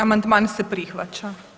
Amandman se prihvaća.